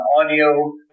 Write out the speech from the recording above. audio